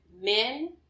men